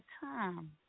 time